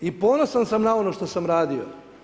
I ponosan sam na ono što sam radio.